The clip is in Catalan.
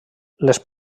les